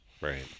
right